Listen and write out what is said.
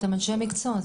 אתם אנשי מקצוע.